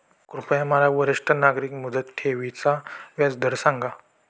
कृपया मला वरिष्ठ नागरिक मुदत ठेवी चा व्याजदर सांगा